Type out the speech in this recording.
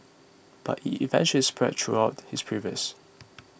but it eventually spread throughout his pelvis